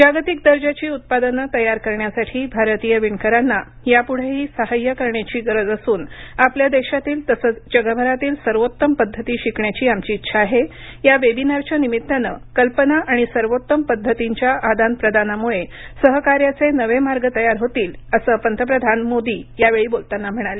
जागतिक दर्जाची उत्पादनं तयार करण्यासाठी भारतीय विणकरांना याप्ढेही सहाय्य करण्याची गरज असून आपल्या देशातील तसंच जगभरातील सर्वोत्तम पद्धती शिकण्याची आमची इच्छा आहे या वेबिनारच्या निमित्तानं कल्पना आणि सर्वोत्तम पद्धतींच्या आदान प्रदानामुळे सहकार्याचे नवे मार्ग तयार होतील असं पंतप्रधान मोदी यावेळी बोलताना म्हणाले